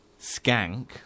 Skank